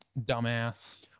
dumbass